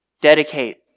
dedicate